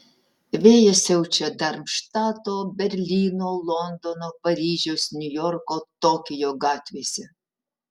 vėjas siaučia darmštato berlyno londono paryžiaus niujorko tokijo gatvėse